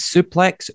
Suplex